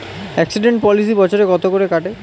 Accident policy বছরে কত করে কাটে?